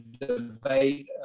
debate